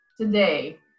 Today